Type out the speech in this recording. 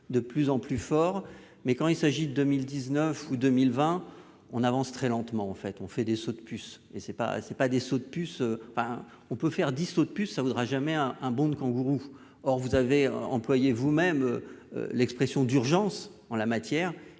de plus en plus fort, mais quand il s'agit de 1000 19 août 2020 on avance très lentement en fait, on fait des sauts de puce, et c'est pas, c'est pas des sauts de puce, enfin, on peut faire 10 autres puce ça voudra jamais à un bond de kangourou, or vous avez employé vous-même l'expression d'urgence en la matière,